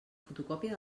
fotocòpia